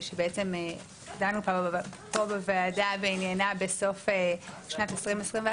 שדנו פה בוועדה בעניינה בסוף שנת 2021,